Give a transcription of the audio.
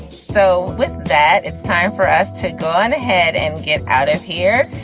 so with that, it's time for us to go and ahead and get out of here.